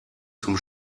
zum